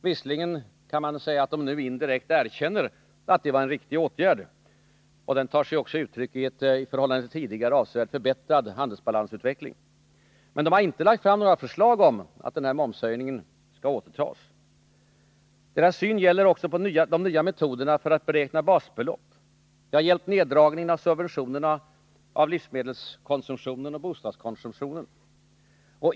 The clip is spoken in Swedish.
Visserligen kan man säga att de nu indirekt erkänner att det var en riktig åtgärd. Den tar sig också uttryck i en i förhållande till tidigare avsevärt förbättrad handelsbalansutveckling. Men socialdemokraterna har inte lagt fram några förslag om att momshöjningen skall återtas. Deras syn gäller också de nya metoderna för att beräkna basbelopp. Det har gällt neddragningen av subventionerna av livsmedelskonsumtionen och bostadskonsumtionen.